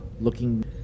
looking